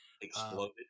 Exploded